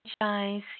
guys